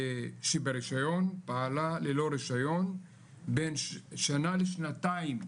שברישיון פעלה ללא רישיון בין שנה לשנתיים,